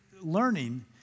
learning